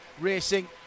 Racing